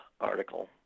article